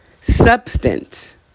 Substance